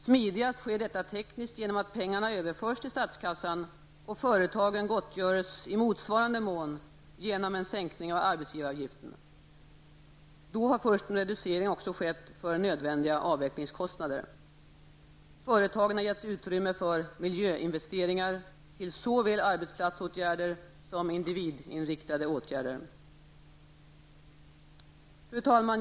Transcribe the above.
Smidigast sker detta tekniskt genom att pengarna överförs till statskassan och företagen i motsvarande mån gottgörs genom en sänkning av arbetsgivaravgifterna. Då har först en reducering skett för nödvändiga avvecklingskostnader. Företagen har getts utrymme för miljöinvesteringar till såväl arbetsplatsåtgärder som individinriktade åtgärder. Fru talman!